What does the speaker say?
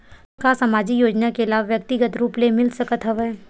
का सामाजिक योजना के लाभ व्यक्तिगत रूप ले मिल सकत हवय?